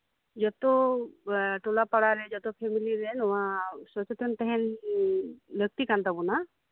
ᱡᱚᱛᱚ ᱴᱚᱞᱟ ᱯᱟᱲᱟᱨᱮᱱ ᱡᱚᱛᱚ ᱯᱷᱮᱢᱮᱞᱤᱨᱮ ᱱᱚᱣᱟ ᱡᱚᱛᱚ ᱴᱷᱮᱱ ᱛᱟᱸᱦᱮᱱ ᱞᱟᱹᱠᱛᱤ ᱠᱟᱱ ᱛᱟᱵᱳᱱᱟ